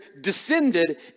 descended